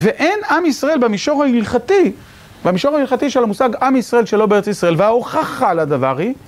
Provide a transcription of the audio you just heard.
ואין עם ישראל במישור ההלכתי, במישור ההלכתי של המושג 'עם ישראל שלא בארץ ישראל', וההוכחה לדבר היא